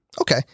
Okay